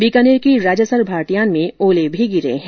बीकानेर के राजासर भाटियान में ओले भी गिरे है